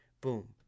boom